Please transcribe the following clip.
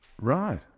Right